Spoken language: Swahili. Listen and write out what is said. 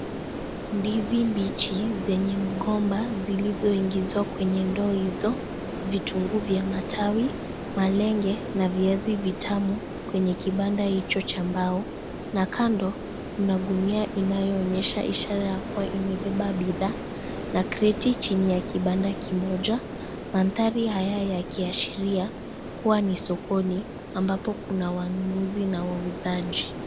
Ndizi mbichi zenye mgomba zilizoingizwa kwenye ndo hizo, vitunguu vya matawi, malenge na viazi vitamu kwenye kibanda hivo cha mbao na kando kuna gunia inayonyesha ishara ya kuwa imebeba bidhaa na kriti chini ya kibanda kimoja, mandhari haya yakiashiria kuwa ni sokoni ambapo kuna wanunuzi na wauzaji.